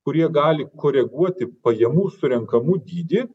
kurie gali koreguoti pajamų surenkamų dydį